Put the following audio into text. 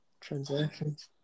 transactions